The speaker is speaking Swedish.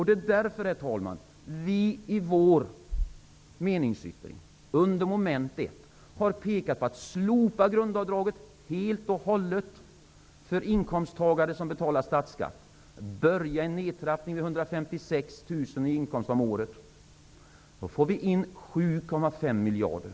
Det är därför, herr talman, som vi i Vänsterpartiet under mom. 1 i vår meningsyttring har föreslagit att grundavdraget helt och hållet skall slopas för inkomsttagare som betalar statsskatt. Om nedtrappningen inleds vid inkomster på 156 000 om året får vi in 7,5 miljarder.